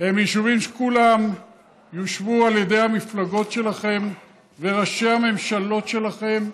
הם יישובים שכולם יושבו על ידי המפלגות שלכם וראשי הממשלות שלכם,